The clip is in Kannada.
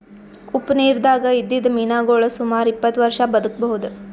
ಉಪ್ಪ್ ನಿರ್ದಾಗ್ ಇದ್ದಿದ್ದ್ ಮೀನಾಗೋಳ್ ಸುಮಾರ್ ಇಪ್ಪತ್ತ್ ವರ್ಷಾ ಬದ್ಕಬಹುದ್